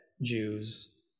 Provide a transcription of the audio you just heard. Jews